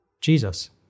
Jesus